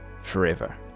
forever